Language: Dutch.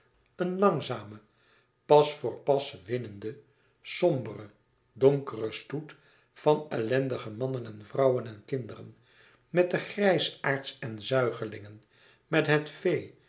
een langzame pas voor pas winnende sombere donkere stoet van ellendige mannen en vrouwen en kinderen met de grijsaards en zuigelingen met het